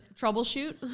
troubleshoot